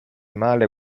male